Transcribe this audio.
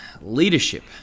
leadership